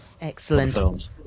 Excellent